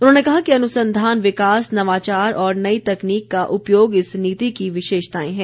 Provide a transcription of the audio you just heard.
उन्होंने कहा कि अनुसंधान विकास नवाचार और नई तकनीक का उपयोग इस नीति की विशेषताएं हैं